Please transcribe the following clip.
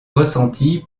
ressentie